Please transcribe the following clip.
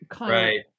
right